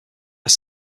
are